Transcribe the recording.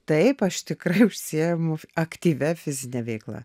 taip aš tikrai užsiimu aktyvia fizine veikla